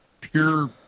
pure